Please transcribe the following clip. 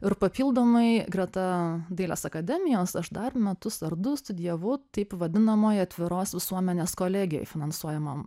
ir papildomai greta dailės akademijos aš dar metus ar du studijavau taip vadinamoj atviros visuomenės kolegijoje finansuojamam